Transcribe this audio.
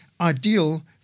ideal